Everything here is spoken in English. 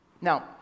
Now